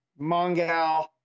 Mongal